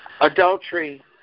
adultery